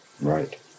Right